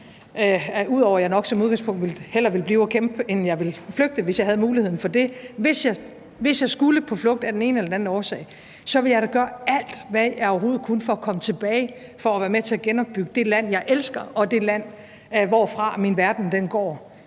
ud over at jeg nok som udgangspunkt hellere ville blive og kæmpe, end jeg ville flygte, hvis jeg havde muligheden for det, men hvis jeg skulle på flugt af den ene eller den anden årsag – så ville jeg da gøre alt, hvad jeg overhovedet kunne for at komme tilbage for at være med til at genopbygge det land, jeg elsker, og det land, hvorfra min verden går.